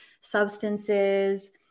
substances